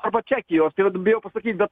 arba čekijos tai vat bijau pasakyt bet